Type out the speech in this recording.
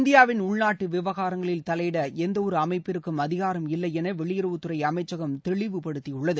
இந்தியாவின் உள்நாட்டு விவகாரங்களில் தலையிட எந்த ஒரு அமைப்பிற்கும் அதிகாரம் இல்லை என வெளியுறவுத்துறை அமைச்சகம் தெளிவுபடுத்தியுள்ளது